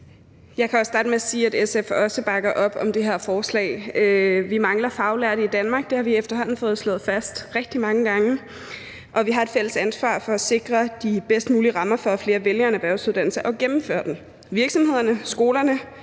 Jeg kan starte med at sige, at SF også bakker op om det her forslag. Vi mangler faglærte i Danmark, det har vi efterhånden fået slået fast rigtig mange gange, og vi har et fælles ansvar for at sikre de bedst mulige rammer for, at flere vælger en erhvervsuddannelse og gennemfører den. Virksomhederne, skolerne,